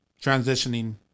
transitioning